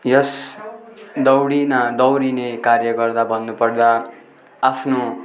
यस दौडिन दौडिने कार्य गर्दा भन्नु पर्दा आफ्नो